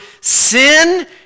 Sin